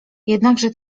jednakże